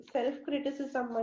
Self-criticism